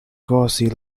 cosy